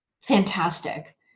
fantastic